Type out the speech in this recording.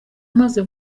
amaze